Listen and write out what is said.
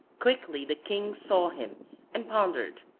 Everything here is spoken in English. quickly the king saw him and pondered,